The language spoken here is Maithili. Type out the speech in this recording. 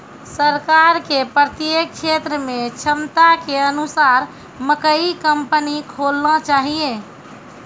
सरकार के प्रत्येक क्षेत्र मे क्षमता के अनुसार मकई कंपनी खोलना चाहिए?